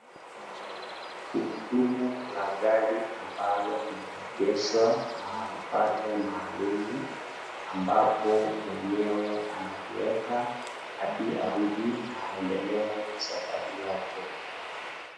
Gurudumu la gari ambalo limerejeshwa mahali pake maalumu. Ambapo mwenye analiweka hadi arudi na aendelee safari yake.